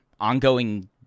ongoing